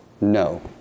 no